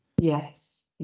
Yes